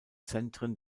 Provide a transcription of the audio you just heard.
zentren